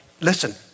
listen